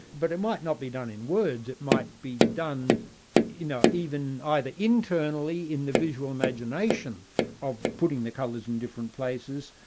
but it might not be done in words it might be done you know either either internally, in the visual imagination of putting the colours in different places,